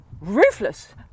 ruthless